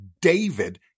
David